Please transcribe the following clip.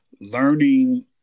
Learning